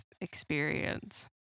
experience